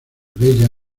bella